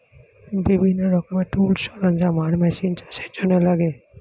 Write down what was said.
বিভিন্ন রকমের টুলস, সরঞ্জাম আর মেশিন চাষের জন্যে লাগে